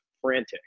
frantic